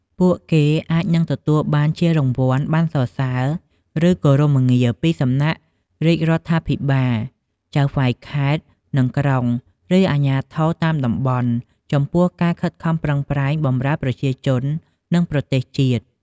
ពួកគេអាចនឹងទទួលជារង្វាន់ ប័ណ្ណសរសើរ ឬ គោរមងារពីសំណាក់រាជរដ្ឋាភិបាល ចៅហ្វាយខេត្ត និងក្រុង ឬ អាជ្ញាធរតាមតំបន់ ចំពោះការខិតខំប្រឹងប្រែងបម្រើប្រជាជន និង ប្រទេសជាតិ។